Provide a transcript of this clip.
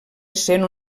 essent